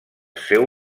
seu